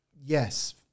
Yes